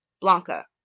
Blanca